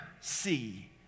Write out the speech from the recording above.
see